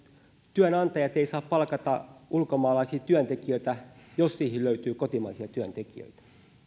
työnantajat eivät saa palkata ulkomaalaisia työntekijöitä jos siihen löytyy kotimaisia työntekijöitä